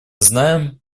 знаем